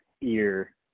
ear